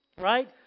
right